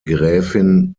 gräfin